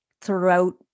throughout